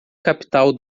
capital